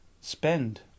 spend